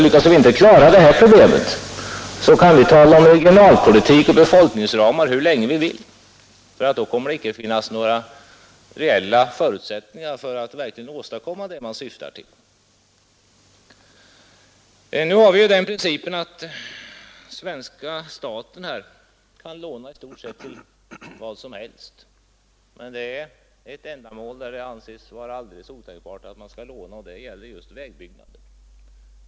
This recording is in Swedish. Lyckas vi inte klara problemet kan vi tala om regionalpolitik och befolkningsramar hur länge vi vill — det kommer inte att finnas några reella förutsättningar för att åstadkomma vad man syftar till. Vi har här i landet den principen att svenska staten kan låna till i stort sett vad som helst; ett ändamål tycks dock vara alldeles otänkbart att låna till, nämligen vägbyggande.